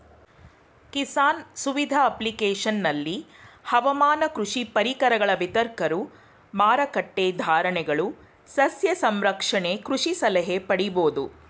ಕಿಸಾನ್ ಸುವಿಧ ಅಪ್ಲಿಕೇಶನಲ್ಲಿ ಹವಾಮಾನ ಕೃಷಿ ಪರಿಕರಗಳ ವಿತರಕರು ಮಾರಕಟ್ಟೆ ಧಾರಣೆಗಳು ಸಸ್ಯ ಸಂರಕ್ಷಣೆ ಕೃಷಿ ಸಲಹೆ ಪಡಿಬೋದು